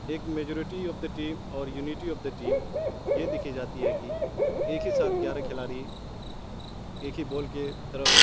ایک majority of the team اور unity of the team یہ دیکھی جاتی ہے کہ ایک ہی ساتھ گیارہ کھلاڑی ایک ہی بال کے طرف